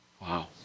Wow